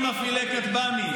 40 מפעילי כטב"מים.